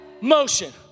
Motion